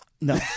No